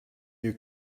you